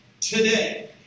today